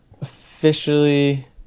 officially